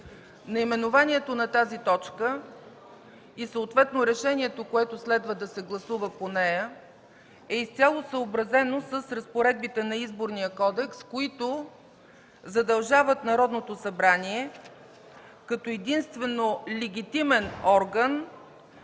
Наименованието на тази точка и съответното решение, което следва да се гласува по нея, е изцяло съобразено с разпоредбите на Изборния кодекс, които задължават Народното събрание като единствено легитимен орган